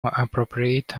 appropriate